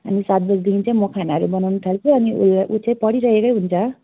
अनि सात बजीदेखि चाहिँ म खानाहरू बनाउनु थाल्छु अनि ऊ ऊ चाहिँ पढिरहेकै हुन्छ